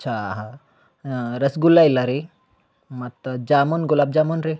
ಚಾಹ ರಸ್ಗುಲ್ಲ ಇಲ್ಲ ರೀ ಮತ್ತು ಜಾಮೂನ್ ಗುಲಾಬ್ ಜಾಮೂನ್ ರೀ